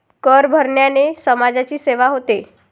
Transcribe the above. कर भरण्याने समाजाची सेवा होते